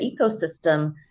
ecosystem